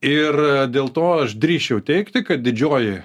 ir dėl to aš drįsčiau teigti kad didžioji